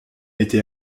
été